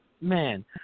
man